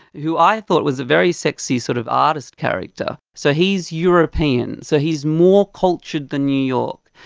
who i thought was a very sexy sort of artist character. so he's european, so he's more cultured than new york.